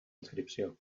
inscripció